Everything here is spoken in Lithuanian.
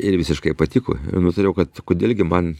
ir visiškai patiko nutariau kad kodėl gi man